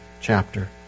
chapter